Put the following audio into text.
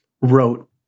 wrote